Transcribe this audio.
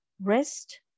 rest